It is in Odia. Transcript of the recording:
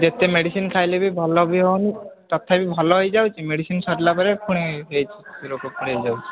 ଯେତେ ମେଡ଼ିସିନ୍ ଖାଇଲେ ବି ଭଲ ବି ହେଉନି ତଥାପି ଭଲ ହେଇଯାଉଛି ମେଡ଼ିସିନ୍ ସରିଲା ବେଳେ ପୁଣି ହେଇ ସେହି ରୋଗ ପୁଣି ହେଇଯାଉଛି